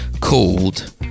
called